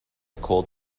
cold